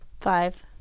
Five